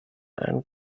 and